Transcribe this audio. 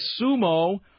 Sumo